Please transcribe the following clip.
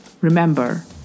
remember